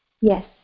Yes